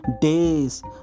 days